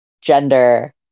gender